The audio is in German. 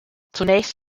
zunächst